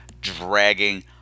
dragging